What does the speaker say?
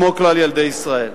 כמו אצל כלל ילדי ישראל.